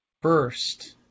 First